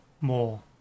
more